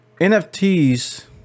NFTs